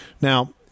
Now